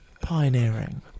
Pioneering